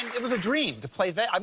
it was a dream to play that. um